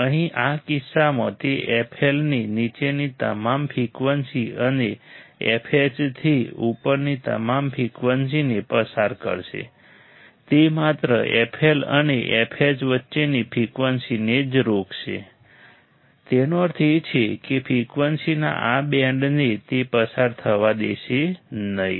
અહીં આ કિસ્સામાં તે fL ની નીચેની તમામ ફ્રિકવન્સી અને fH થી ઉપરની તમામ ફ્રીક્વન્સીને પસાર કરશે તે માત્ર fL અને fH વચ્ચેની ફ્રીક્વન્સીને જ રોકશે તેનો અર્થ એ કે ફ્રિકવન્સીના આ બેન્ડને તે પસાર થવા દેશે નહીં